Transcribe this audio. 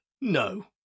no